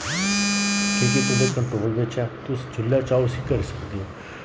क्युंकि एह् तुंदे कंट्रोल बिच्च ऐ तुस जुल्लै चाहो इस्सी करी सकदे ओ